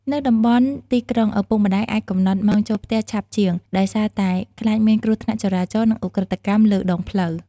នៅតំបន់ទីក្រុង ឪពុកម្តាយអាចកំណត់ម៉ោងចូលផ្ទះឆាប់ជាង ដោយសារតែខ្លាចមានគ្រោះថ្នាក់ចរាចរណ៍ និងឧក្រិដ្ឋកម្មលើដងផ្លូវ។